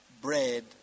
bread